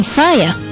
fire